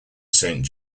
saint